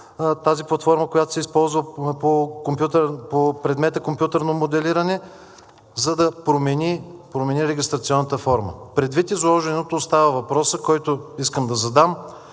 тази платформа, която се използва по предмета „Компютърно моделиране“, за да промени регистрационната форма. Предвид изложеното остава въпросът, който искам да задам: